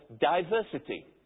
diversity